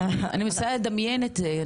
אני רוצה פשוט לדמיין את זה.